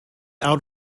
out